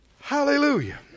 Hallelujah